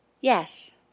Yes